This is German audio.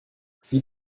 sie